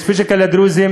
יש פיזיקה לדרוזים,